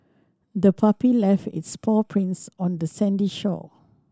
the puppy left its paw prints on the sandy shore